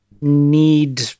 need